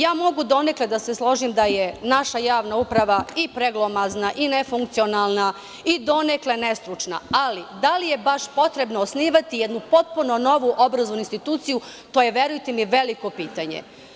Ja mogu donekle da se složim da je naša javna uprava i preglomazna i nefunkcionalna i donekle nestručna, ali da li je baš potrebno osnivati jednu potpuno novu obrazovnu instituciju, to je, verujte mi, veliko pitanje.